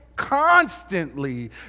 constantly